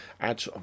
add